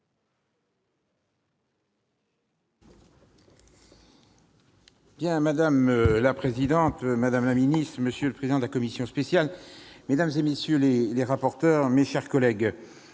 Kern. Madame la présidente, madame la ministre, monsieur le président de la commission spéciale, mesdames, messieurs les rapporteurs, mes chers collègues,